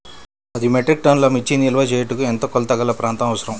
పది మెట్రిక్ టన్నుల మిర్చి నిల్వ చేయుటకు ఎంత కోలతగల ప్రాంతం అవసరం?